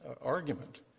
argument